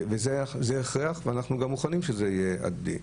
זה הכרח, ואנחנו גם מוכנים שזה יהיה הדדי.